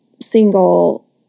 single